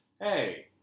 hey